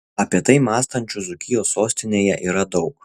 apie tai mąstančių dzūkijos sostinėje yra daug